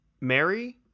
Mary